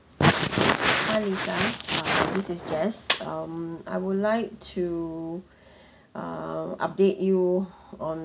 hi lisa uh this is jaz um I would like to err update you on